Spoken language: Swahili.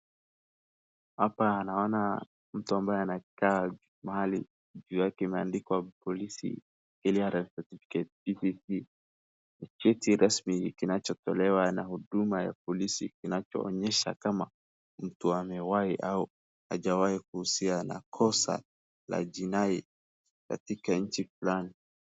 Hapa naona kuna mtu ambaye amekaa mahali juu yake kumeandikwa police clearance certificate dpp ni cheti rasmi kinachotolewa na huduma ya polisi kinachoonyesha kama mtu amewahi au hajawahi kuhusiwa na kosa a jina katika nchi fulani